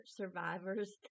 survivors